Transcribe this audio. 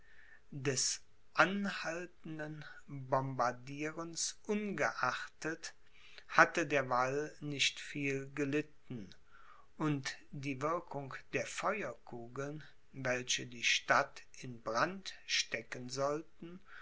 des anhaltenden bombardierens ungeachtet hatte der wall nicht viel gelitten und die wirkung der feuerkugeln welche die stadt in brand stecken sollten